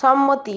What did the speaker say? সম্মতি